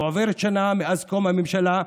ועוברת שנה מאז קום הממשלה,